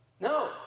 no